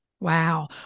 Wow